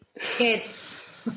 Kids